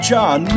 John